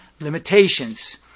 limitations